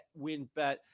WinBet